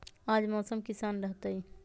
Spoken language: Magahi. आज मौसम किसान रहतै?